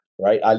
right